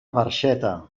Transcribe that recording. barxeta